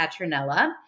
Patronella